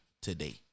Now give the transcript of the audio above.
today